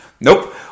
Nope